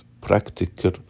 practical